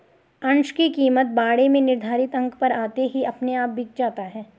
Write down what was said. अंश की कीमत बाड़े में निर्धारित अंक पर आते ही अपने आप बिक जाता है